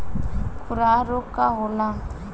खुरहा रोग का होला?